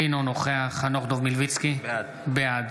אינו נוכח חנוך דב מלביצקי, בעד